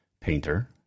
painter